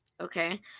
Okay